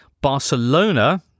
Barcelona